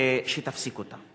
שתפסיק אותה.